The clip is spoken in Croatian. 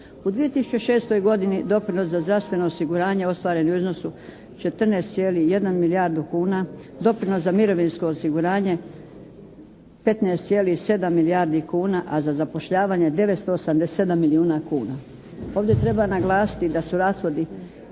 U 2006. godini doprinos za zdravstveno osiguranje ostvaren u iznosu 14,1 milijardu kuna. Doprinos za mirovinsko osiguranje 15,7 milijardi kuna, a za zapošljavanje 987 milijuna kuna. Ovdje treba naglasiti da su rashodi